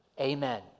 Amen